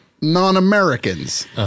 non-Americans